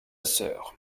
soeur